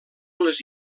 les